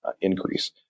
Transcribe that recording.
increase